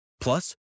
Plus